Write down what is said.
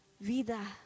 vida